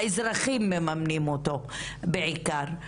האזרחים מממנים אותו בעיקר.